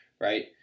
right